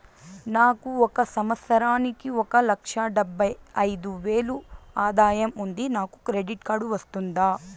నాకు ఒక సంవత్సరానికి ఒక లక్ష డెబ్బై అయిదు వేలు ఆదాయం ఉంది నాకు క్రెడిట్ కార్డు వస్తుందా?